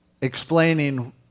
explaining